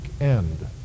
end